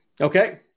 Okay